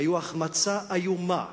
היו החמצה איומה.